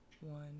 one